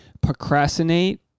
procrastinate